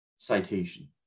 Citation